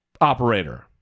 operator